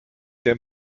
dem